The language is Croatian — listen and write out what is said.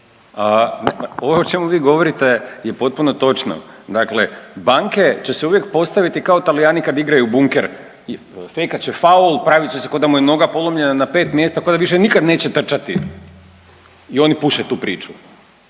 Ovo o čemu vi govorite je potpuno točno. Dakle banke će se uvijek postaviti kao Talijani kad igraju bunker, fejkat će faul, pravit će se k'o da mu je noga polomljena na 5 mjesta, k'o da više nikad neće trčati i oni puše tu priču